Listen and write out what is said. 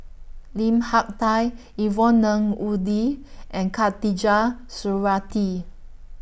Lim Hak Tai Yvonne Ng Uhde and Khatijah Surattee